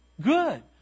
good